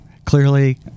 Clearly